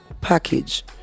package